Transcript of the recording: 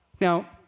Now